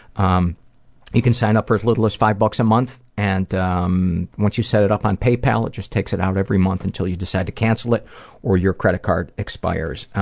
um you can sign up for as little as five bucks a month, and um once you set it up on paypal, it just takes it out every month until you decide to cancel it or your credit card expires.